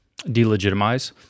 delegitimize